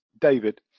David